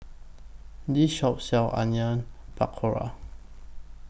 This Shop sells Onion Pakora